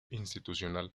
institucional